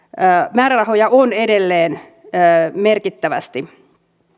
määrärahoja on edelleen merkittävästi